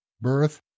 birth